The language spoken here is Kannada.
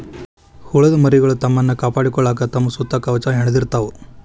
ಹುಳದ ಮರಿಗಳು ತಮ್ಮನ್ನ ಕಾಪಾಡಕೊಳಾಕ ತಮ್ಮ ಸುತ್ತ ಕವಚಾ ಹೆಣದಿರತಾವ